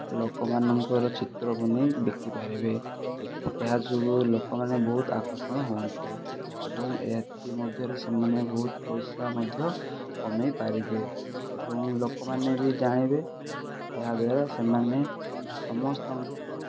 ଲୋକମାନଙ୍କର ଚିତ୍ର ବନେଇ ବିକି ପାରିବେ ଏହା ଯୋଗୁଁ ଲୋକମାନେ ବହୁତ ଆକର୍ଷଣ ହୁଅନ୍ତି ଏବଂ ଏଥି ମଧ୍ୟରୁ ସେମାନେ ବହୁତ ପଇସା ମଧ୍ୟ କମେଇ ପାରିବେ ଏବଂ ଲୋକମାନେ ବି ଜାଣିବେ ଏହା ଦ୍ଵାରା ସେମାନେ ସମସ୍ତଙ୍କୁ